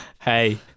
Hey